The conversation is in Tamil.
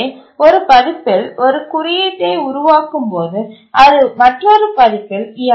எனவே ஒரு பதிப்பில் ஒரு குறியீட்டை உருவாக்கும் போது அது மற்றொரு பதிப்பில் இயங்காது